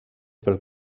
pel